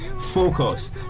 Focus